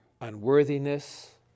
unworthiness